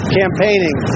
campaigning